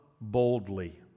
boldly